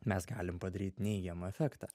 mes galim padaryt neigiamą efektą